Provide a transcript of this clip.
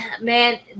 Man